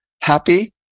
happy